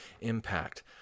impact